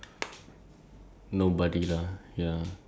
where that was in when secondary school